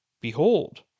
Behold